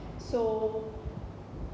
so